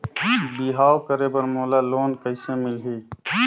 बिहाव करे बर मोला लोन कइसे मिलही?